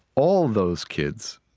all of those kids,